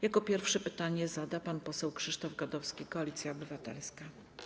Jako pierwszy pytanie zada pan poseł Krzysztof Gadowski, Koalicja Obywatelska.